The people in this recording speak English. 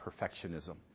perfectionism